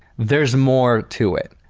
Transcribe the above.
there is more to it.